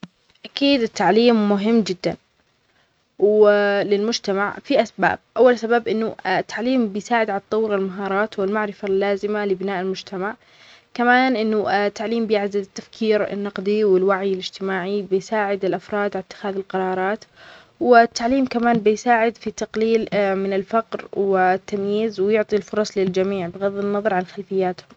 أكيد التعليم مهم جداً للمجتمع في أسباب، أول سبب أنو التعليم بيساعد على تطور المهارات والمعرفة اللازمة لبناء المجتمع، كمان أنو التعليم بيعزز التفكير النقدي والوعي الإجتماعي، بيساعد الأفراد على إتخاذ القرارات، والتعليم كمان بيساعد في التقليل من الفقر والتمييز ويعطي الفرص للجميع بغظ النظر عن خلفياتهم.